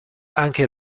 anche